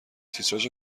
تیتراژ